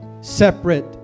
separate